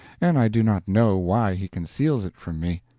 and i do not know why he conceals it from me.